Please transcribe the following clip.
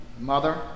mother